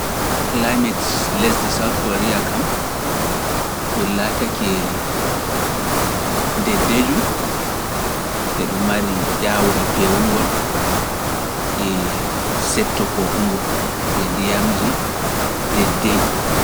Climate lesdi Soutkoriya kam ɗum laatake deejum e ɗum mari ƴawol peewugol e setto poongo e ndiyamji deej.